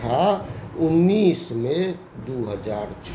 आओर उनैस मइ दू हजार छओ